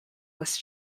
was